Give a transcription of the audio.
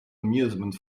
amusement